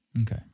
Okay